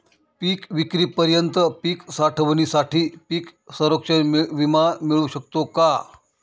पिकविक्रीपर्यंत पीक साठवणीसाठी पीक संरक्षण विमा मिळू शकतो का?